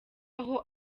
aho